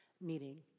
meeting